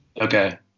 Okay